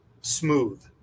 smooth